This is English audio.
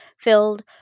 filled